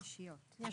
יש לנו.